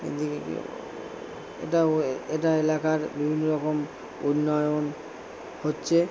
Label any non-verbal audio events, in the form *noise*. *unintelligible* এটাও এটা এলাকার বিভিন্ন রকম উন্নয়ন হচ্ছে